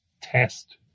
test